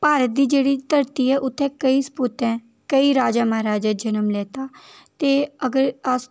भारत दी जेह्ड़ी धरती ऐ उत्थै केईं सपूत ऐ केईं राजा महाराजा जन्म लैता ते अगर अस